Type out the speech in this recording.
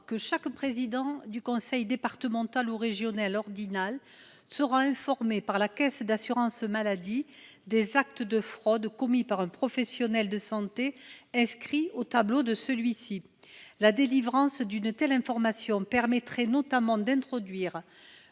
que chaque président de conseil départemental ou régional de l’ordre est informé par la caisse d’assurance maladie des actes de fraude commis par un professionnel de santé inscrit au tableau de celui ci. La délivrance d’une telle information permettrait notamment d’introduire,